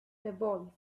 evolved